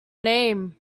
name